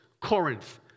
Corinth